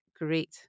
great